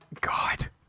God